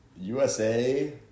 USA